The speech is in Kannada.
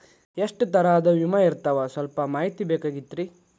ಎಷ್ಟ ತರಹದ ವಿಮಾ ಇರ್ತಾವ ಸಲ್ಪ ಮಾಹಿತಿ ಬೇಕಾಗಿತ್ರಿ